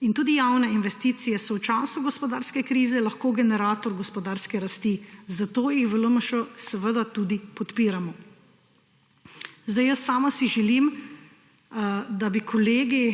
in tudi javne investicije so v času gospodarske krize lahko generator gospodarske rasti, zato jih v LMŠ seveda tudi podpiramo. Jaz sama si želim, da bi kolegi